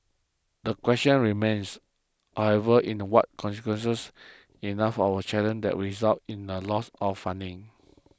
the question remains however in the what consequences enough of a challenge that results in a loss of funding